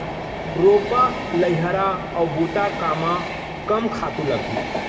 रोपा, लइहरा अऊ बुता कामा कम खातू लागही?